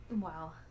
Wow